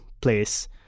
place